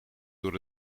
door